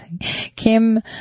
Kim